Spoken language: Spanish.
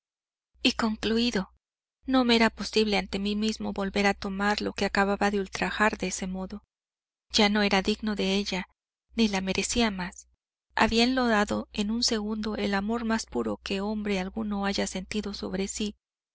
y concluído no me era posible ante mí mismo volver a tomar lo que acababa de ultrajar de ese modo ya no era digno de ella ni la merecía más había enlodado en un segundo el amor más puro que hombre alguno haya sentido sobre sí